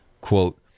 Quote